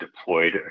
deployed